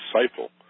disciple